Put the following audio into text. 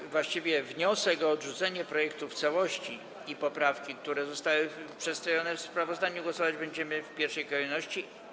Nad wnioskiem o odrzucenie projektu w całości i poprawkami, które zostały przedstawione w sprawozdaniu, głosować będziemy w pierwszej kolejności.